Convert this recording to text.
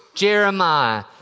Jeremiah